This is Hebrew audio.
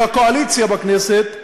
של הקואליציה בכנסת,